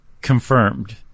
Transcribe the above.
confirmed